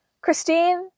Christine